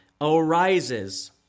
arises